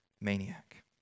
maniac